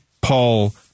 Paul